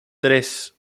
tres